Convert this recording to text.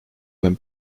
when